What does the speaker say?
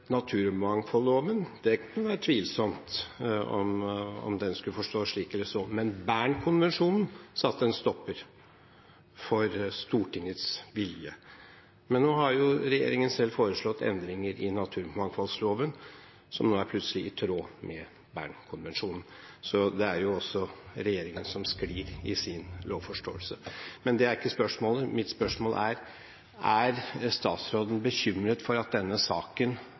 men Bern-konvensjonen satte en stopper for Stortingets vilje. Men nå har regjeringen selv foreslått endringer i naturmangfoldloven, som nå plutselig er i tråd med Bern-konvensjonen, så det er også regjeringen som sklir i sin lovforståelse. Men det er ikke spørsmålet. Mitt spørsmål er: Er statsråden bekymret for at denne saken